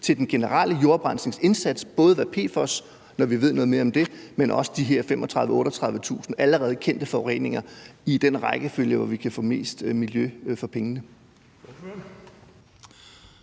til den generelle jordoprensningsindsats, både i forbindelse med PFOS, når vi ved noget mere om det, men også de her 35.000-38.000 allerede kendte forureninger, i den rækkefølge, hvor vi kan få mest miljø for pengene.